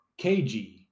KG